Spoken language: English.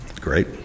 Great